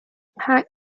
pack